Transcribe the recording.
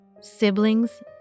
Siblings